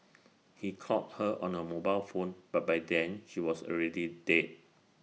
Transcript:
he called her on her mobile phone but by then she was already dead